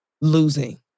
losing